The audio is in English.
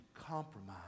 compromise